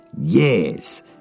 Yes